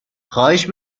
خواهش